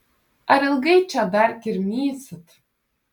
ar ilgai čia dar kirmysit